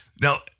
Now